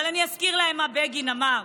אבל אזכיר להם מה בגין אמר.